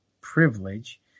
privilege